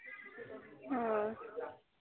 हाँ